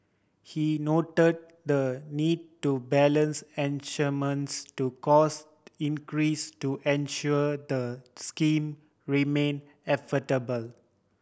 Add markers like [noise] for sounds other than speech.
he note the need to balance [unintelligible] to cost increase to ensure the scheme remain affordable